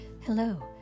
Hello